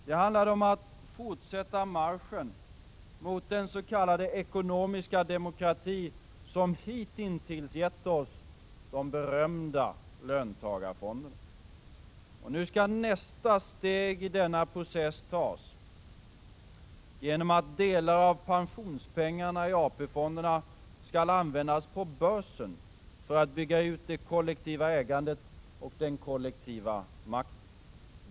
Det handlade om att fortsätta marschen mot den s.k. ekonomiska demokrati som hitintills gett oss de berömda löntagarfonderna. Och nu skall nästa steg i denna process tas genom att delar av pensionspengarna i AP-fonderna skall användas på börsen för att bygga ut det kollektiva ägandet och den kollektiva makten.